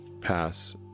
pass